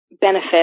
benefit